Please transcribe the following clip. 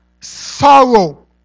Sorrow